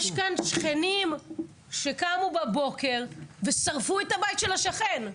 יש כאן שכנים שקמו בבוקר ושרפו את הבית של השכן.